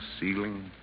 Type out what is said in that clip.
ceiling